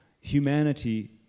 humanity